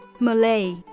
Malay